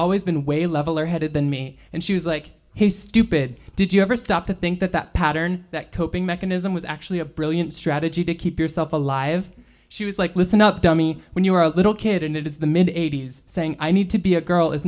always been way leveler headed than me and she was like hey stupid did you ever stop to think that that pattern that coping mechanism was actually a brilliant strategy to keep yourself alive she was like listen up dummy when you were a little kid and it is the mid eighties saying i need to be a girl is